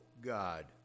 God